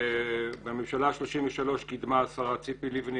בממשלה ה-33 קידמה השרה ציפי לבני